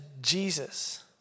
Jesus